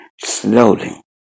slowly